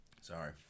Sorry